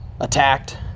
attacked